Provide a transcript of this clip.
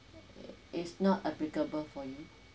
is not applicable for you